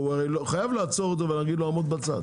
חייב לעצור אותו ולומר לו: עמוד בצד.